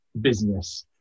business